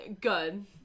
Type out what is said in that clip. good